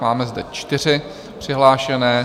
Máme zde čtyři přihlášené.